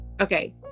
okay